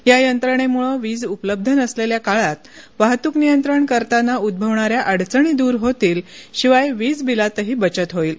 या यंत्रणेमुळं वीज उपलब्ध नसलेल्या काळात वाहतूक नियंत्रण करताना उद्ववणाऱ्या अडचणी दुर होतील शिवाय वीज बीलातही बचत होईल